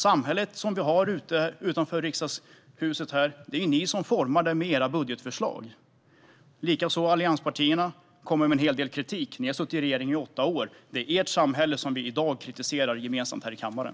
Det är ni som med era budgetförslag formar det samhälle som vi har utanför Riksdagshuset. Allianspartierna kommer också med en hel del kritik. Ni har suttit i regering i åtta år. Det är ert samhälle som vi i dag gemensamt kritiserar här i kammaren.